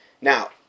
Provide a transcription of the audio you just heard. Now